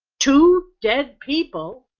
two dead people.